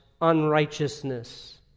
unrighteousness